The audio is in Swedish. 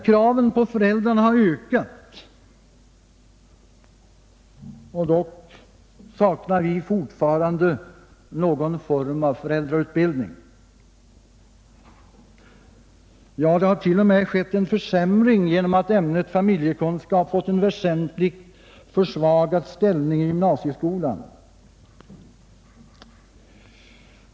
Kraven på föräldrarna har ökat, och ändå saknar vi fortfarande varje form av föräldrautbildning. Det har t.o.m. skett en försämring genom att ämnet familjekunskap fått en väsentligt försvagad ställning i gymnasieskolan.